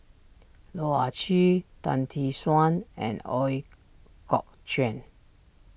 Loh Ah Chee Tan Tee Suan and Ooi Kok Chuen